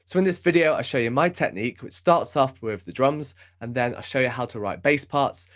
so in this video, i show you my technique which starts off with the drums and then i show you how to write bass parts,